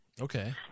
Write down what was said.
Okay